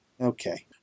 Okay